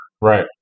Right